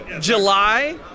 July